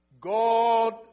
God